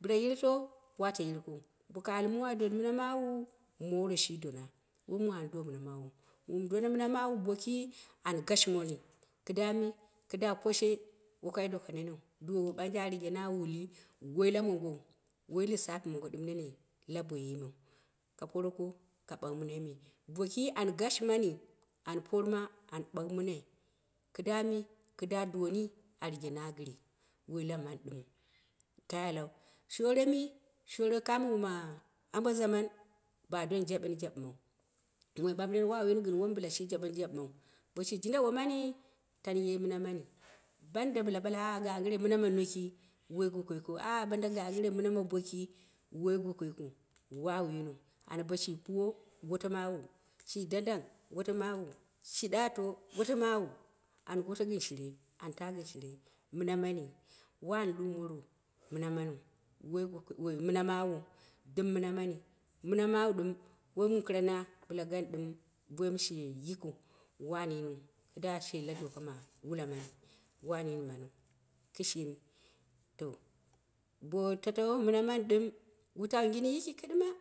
bila yiroto, wata yirkou, boko al mum an doni mina mawu moro shi dona, woi mu an do mina mawuu, mum dona mina mawu boki an gashi mani kida mi? Kida ɓa poshi wokai doko nenneu, duwowo, ɓanje rigeni a wuli woi la mongou, woi lissafi mongo ɗɨ m nenau la boiyi mew ka poroko ka ɓau minaime. boki an gashė ma an porma an ɓau mina i kidami kɨda dowoni a rigeni a gere, woi la mani ɗɨmɨu, kai alau. min shoore me? Shoo kame woma aba zaman ba domi jaɓeni- jaɓɨman moi ɓamɓɨre wawu yini ggin wani bila shi jaɓeni jaɓimali. Bo shi jinda ni tani ye mina mani ba da bila ɓale ah ganggire ming ma noki woi goko yikiu anh; banda gangg lre mana ma boki, woi go ko yikiu, wawu yiniu, ana boshi puro kuwo goto mawu ana shi dangdang goto mawu, shi daato goto mawu, an goto gɨn shire an taa gɨn shire mina mani wani lumorou manamaniuu, woi mina mawuu dɨm mina mani mana mawu ɗɨm woi mu kirana bila gaani ɗɨmiu. boim she yikiu, tsani yiniu kida she la doka ma wula mani. wana wani kishine to bo tat wun mani ɗaɨm, wutau gin yiki kiɗɨma